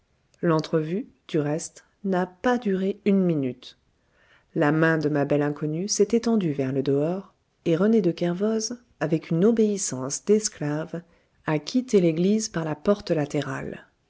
l'entrevue du reste n'a pas duré une minute la main de ma belle inconnue s'est étendue vers le dehors et rené de kervoz avec une obéissance d'esclave a quitté l'église par la porte latérale